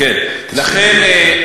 לכן,